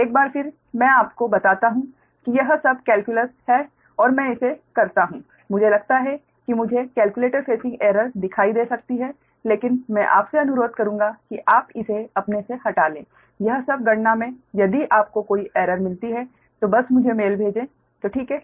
एक बार फिर मैं आपको बताता हूं कि यह सब कैलकुलस है और मैं इसे करता हूँ मुझे लगता है कि मुझे कैलकुलेटर फेसिंग एरर दिखाई दे सकती है लेकिन मैं आपसे अनुरोध करूंगा कि आप इसे अपने से हटा ले यह सब गणना मे यदि आपको कोई एरर मिलती है तो बस मुझे मेल भेजें तो ठीक है